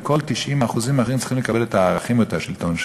וכל 90% האחרים צריכים לקבל את הערכים ואת השלטון שלו.